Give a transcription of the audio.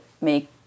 make